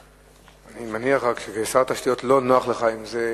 אני מניח שכשר התשתיות לא נוח לך עם זה,